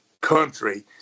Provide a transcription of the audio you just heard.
country